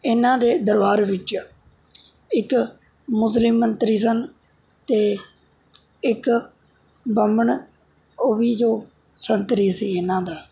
ਇਹਨਾਂ ਦੇ ਦਰਬਾਰ ਵਿੱਚ ਇੱਕ ਮੁਸਲਿਮ ਮੰਤਰੀ ਸਨ ਅਤੇ ਇੱਕ ਬਾਹਮਣ ਉਹ ਵੀ ਜੋ ਮੰਤਰੀ ਸੀ ਇਹਨਾਂ ਦਾ